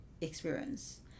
experience